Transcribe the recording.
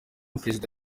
prezida